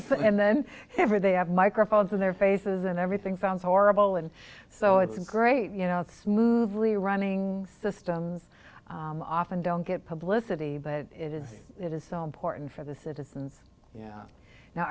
something and then ever they have microphones in their faces and everything found horrible and so it's great you know it's move rerunning systems often don't get publicity but it is it is so important for the citizens yeah now